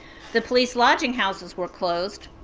the police lodging houses were closed.